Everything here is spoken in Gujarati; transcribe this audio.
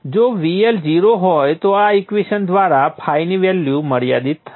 જો VL 0 હોય તો આ ઈક્વેશન દ્વારા φ ની વેલ્યુ મર્યાદિત હશે